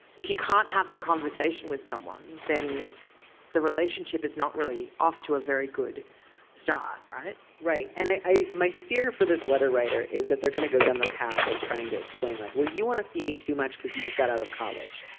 if you can't have the conversation with someone then the relationship is not really off to a very good start. right right. and i my fear for this letter writer is that they're gonna go down the path of trying to explain like well you want to see me too much because you just got out of college.